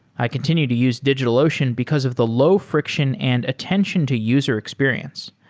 i continue to use digitalocean because of the low friction and attention to user experience.